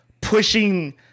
pushing